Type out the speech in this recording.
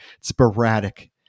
sporadic